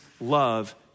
love